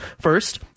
first